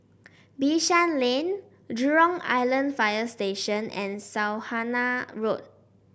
Bishan Lane Jurong Island Fire Station and Saujana Road